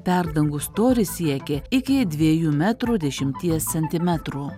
perdangų storis siekia iki dviejų metrų dešimties centimetrų